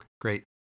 Great